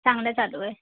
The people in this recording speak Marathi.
चांगलं चालू आहे